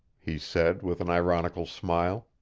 he said with an ironical smile.